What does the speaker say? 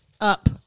up